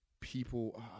people